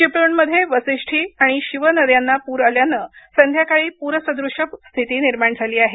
चिपळूणमध्ये वाशिष्ठी आणि शिव नद्यांना पूर आल्यानं संध्याकाळी पूरसदृश स्थिती निर्माण झाली आहे